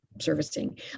servicing